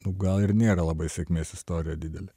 nu gal ir nėra labai sėkmės istorija didelė